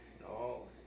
No